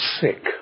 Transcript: sick